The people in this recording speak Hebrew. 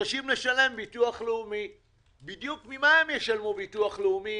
ממה בדיוק הם ישלמו ביטוח לאומי,